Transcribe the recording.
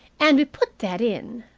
and we put that in.